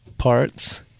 parts